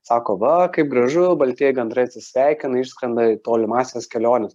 sako va kaip gražu baltieji gandrai atsisveikina išskrenda į tolimąsias keliones